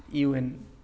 U N